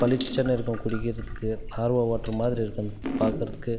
பளிச்சுன்னு இருக்கும் குடிக்கிறதுக்கு ஆர்ஓ வாட்டரு மாதிரி இருக்கும் அது பார்க்குறதுக்கு